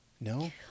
No